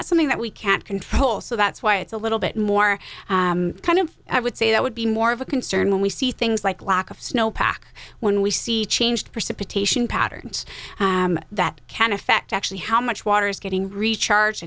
that's something that we can't control so that's why it's a little bit more kind of i would say that would be more of a concern when we see things like lack of snowpack when we see change precipitation patterns that can affect actually how much water is getting recharge